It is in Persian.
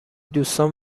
دوستان